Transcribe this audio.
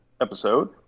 episode